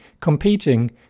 competing